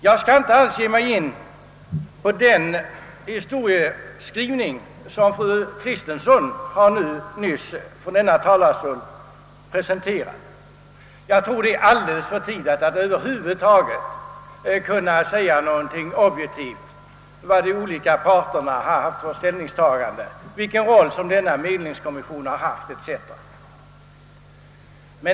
Jag skall inte alls ge mig in på den historieskrivning som fru Kristensson nyss presenterat. Jag tror, att det är alldeles för tidigt att kunna säga någonting objektivt om de olika parternas ställningstaganden, vilken roll medlingskommissionen spelat etc.